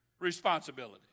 responsibility